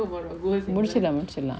முடிசிடுலா முடிசிடுலா:mudichidula mudichidula